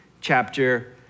chapter